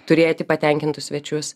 turėti patenkintus svečius